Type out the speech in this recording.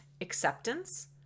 acceptance